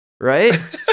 right